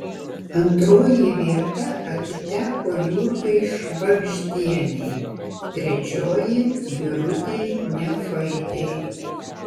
antroji vieta atiteko jurgai švagždienei trečioji birutei nefaitei